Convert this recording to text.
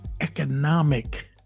economic